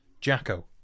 Jacko